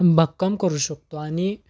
भक्कम करू शकतो आणि